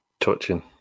touching